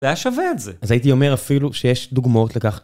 זה היה שווה את זה. - אז הייתי אומר אפילו שיש דוגמאות לכך.